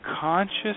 conscious